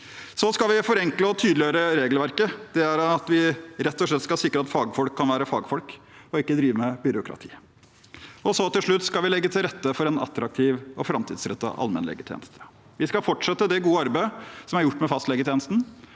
Vi skal forenkle og tydeliggjøre regelverket. Vi skal rett og slett sikre at fagfolk kan være fagfolk, og at de ikke driver med byråkrati. Til slutt skal vi legge til rette for en attraktiv og framtidsrettet allmennlegetjeneste. Vi skal fortsette det gode arbeidet som er gjort med fastlegetjenesten,